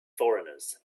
foreigners